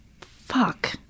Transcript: fuck